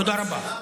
תודה רבה.